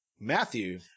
Matthew